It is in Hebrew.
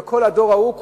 וכל הדור ההוא,